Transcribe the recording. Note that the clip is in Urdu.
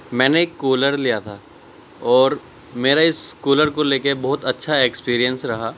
میں نے ایک کولر لیا تھا اور میرا اس کولر کو لے کے بہت اچھا ایکسپیرینس رہا